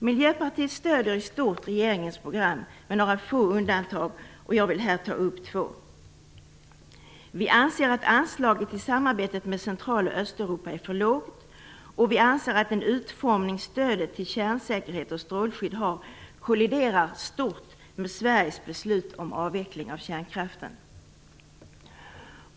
Miljöpartiet stöder i stort regeringens program, med några få undantag. Jag vill här ta upp två. Vi anser att anslaget till samarbete med Centraloch Östeuropa är för lågt, och vi anser att den utformning som stödet till kärnsäkerhet och strålskydd har kolliderar stort med Sveriges beslut om avveckling av kärnkraften.